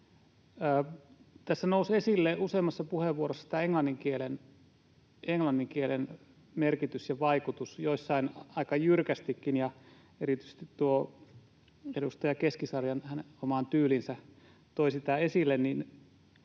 Tässä nousi esille useammassa puheenvuorossa englannin kielen merkitys ja vaikutus, joissain aika jyrkästikin, ja erityisesti edustaja Keskisarjalla. Kun hänen oma tyylinsä toi sitä esille,